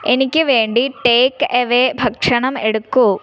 എനിക്ക് വേണ്ടി take away ഭക്ഷണം എടുക്കൂ